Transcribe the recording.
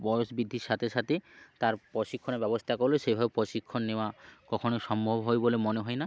বয়স বৃদ্ধির সাথে সাথে তার প্রশিক্ষণের ব্যবস্থা করলে সেভাবে প্রশিক্ষণ নেওয়া কখনোই সম্ভব হয় বলে মনে হয় না